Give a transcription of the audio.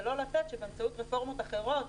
ולא לתת שבאמצעות רפורמות אחרות